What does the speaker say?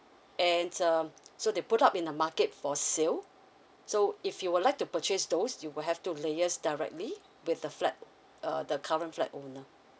and um so they put up in the market for sale so if you would like to purchase those you will have two liase directly with the flat uh the current flat owner